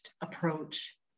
approach